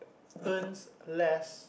earns less